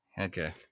Okay